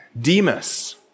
Demas